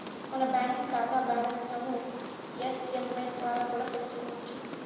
మన బాంకీ కాతా బ్యాలన్స్లను ఎస్.ఎమ్.ఎస్ ద్వారా కూడా తెల్సుకోవచ్చు